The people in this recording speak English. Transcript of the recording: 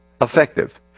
effective